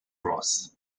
ross